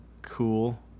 cool